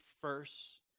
first